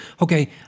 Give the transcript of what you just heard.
Okay